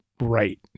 right